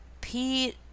pete